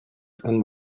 and